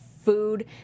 food